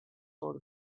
sort